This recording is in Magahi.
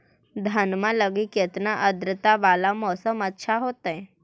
धनमा लगी केतना आद्रता वाला मौसम अच्छा होतई?